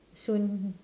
soon